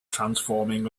transforming